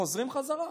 חוזרים חזרה.